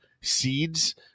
seeds